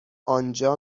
آنجا